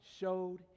showed